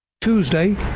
Tuesday